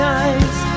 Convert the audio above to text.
eyes